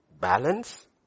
balance